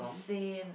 sane